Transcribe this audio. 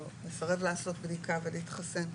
או מסרב לעשות בדיקה ולהתחסן.